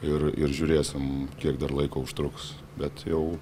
ir ir žiūrėsim kiek dar laiko užtruks bet jau